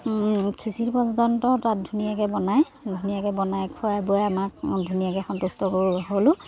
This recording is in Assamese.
খিচিৰি পৰ্যন্ত তাত ধুনীয়াকৈ বনায় ধুনীয়াকৈ বনাই খুৱাই বোৱাই আমাক ধুনীয়াকৈ সন্তুষ্ট কৰ হ'লোঁ